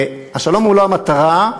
השלום הוא לא המטרה.